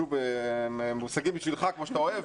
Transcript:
ושוב מושגים מהצבא כמו שאתה אוהב.